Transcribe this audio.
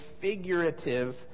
figurative